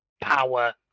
power